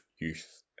youth